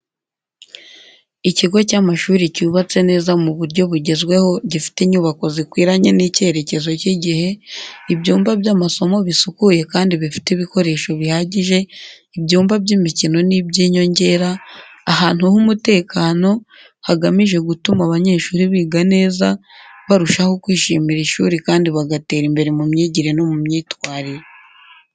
Ikigo cy’amashuri cyubatse neza mu buryo bugezweho gifite inyubako zikwiranye n’icyerekezo cy’igihe, ibyumba by’amasomo bisukuye kandi bifite ibikoresho bihagije, ibyumba by’imikino n’iby’inyongera, ahantu h’umutekano, hagamije gutuma abanyeshuri biga neza, barushaho kwishimira ishuri, kandi bagatera imbere mu myigire no mu myitwarire.